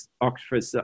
Oxford